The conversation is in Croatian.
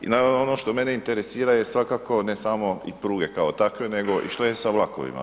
I naravno ono što mene interesira je svakako, ne samo i pruge kao takve nego i što je sa vlakovima?